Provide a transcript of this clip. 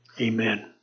amen